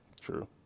True